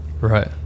Right